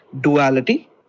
duality